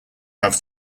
have